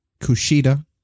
Kushida